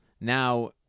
Now